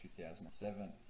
2007